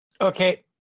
Okay